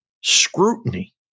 scrutiny